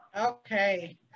Okay